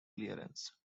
clearance